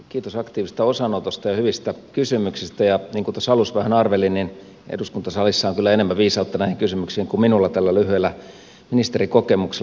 kiitos aktiivisesta osanotosta ja hyvistä kysymyksistä ja niin kuin tuossa alussa vähän arvelin eduskuntasalissa on kyllä enemmän viisautta näihin kysymyksiin kuin minulla tällä lyhyellä ministerikokemuksella